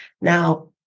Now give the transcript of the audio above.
Now